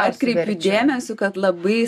atkreipiu dėmesį kad labai